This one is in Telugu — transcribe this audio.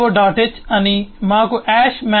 h అని మాకు math